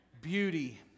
Beauty